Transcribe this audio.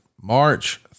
March